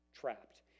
trapped